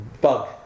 Bug